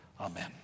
Amen